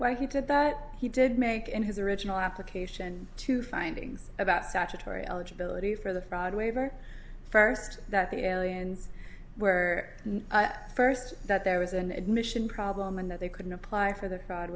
why he did but he did make in his original application to findings about statutory eligibility for the fraud waiver first that the aliens were first that there was an admission problem and that they couldn't apply for the